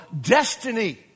destiny